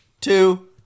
two